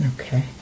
Okay